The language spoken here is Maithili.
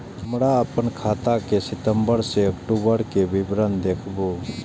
हमरा अपन खाता के सितम्बर से अक्टूबर के विवरण देखबु?